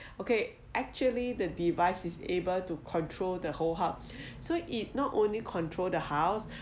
okay actually the device is able to control the whole hub so it not only controls the house